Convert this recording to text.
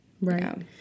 Right